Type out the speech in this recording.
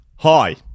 Hi